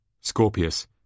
Scorpius